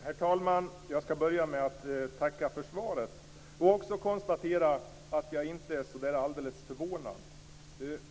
Herr talman! Jag skall börja med att tacka för svaret och även konstatera att jag inte är alldeles förvånad.